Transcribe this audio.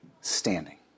standing